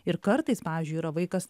ir kartais pavyzdžiui yra vaikas